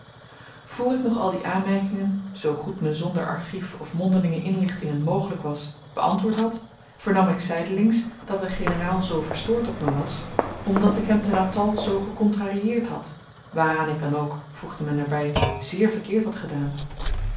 voor ik nog al die aanmerkingen zoo goed me zonder archief of mondelinge inlichtingen mogelyk was beantwoord had vernam ik zydelings dat de generaal zoo verstoord op me was omdat ik hem te natal zoo gekontrarieerd had waaraan ik dan ook voegde men er by zeer verkeerd had gedaan